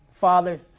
Father